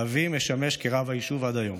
ואבי משמש רב היישוב עד היום.